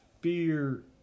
fear